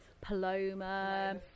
Paloma